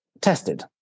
tested